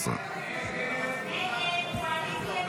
15. הסתייגות 15 לא נתקבלה.